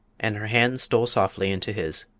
and her hand stole softly into his,